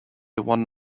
one